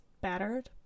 battered